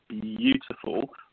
beautiful